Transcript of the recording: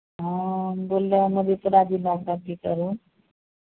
हाँ बोल रहे हैं मधेपुरा जिला से आप टीचर हो